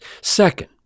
Second